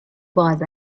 باز